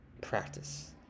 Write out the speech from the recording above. Practice